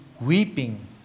weeping